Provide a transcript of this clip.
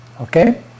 Okay